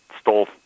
stole